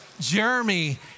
jeremy